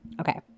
okay